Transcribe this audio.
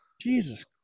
Jesus